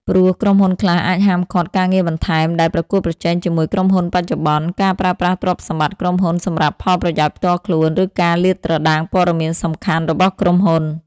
ព្រោះ ក្រុមហ៊ុនខ្លះអាចហាមឃាត់ការងារបន្ថែមដែលប្រកួតប្រជែងជាមួយក្រុមហ៊ុនបច្ចុប្បន្ន ការប្រើប្រាស់ទ្រព្យសម្បត្តិក្រុមហ៊ុនសម្រាប់ផលប្រយោជន៍ផ្ទាល់ខ្លួន ឬការលាតត្រដាងព័ត៌មានសំខាន់របស់ក្រុមហ៊ុន។